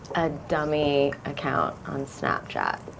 a dummy account on snapchat,